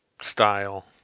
style